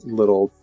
little